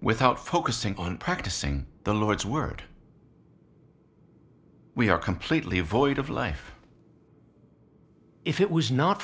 without focusing on practicing the lord's word we are completely void of life if it was not